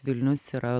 vilnius yra